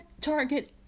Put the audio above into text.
Target